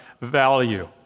value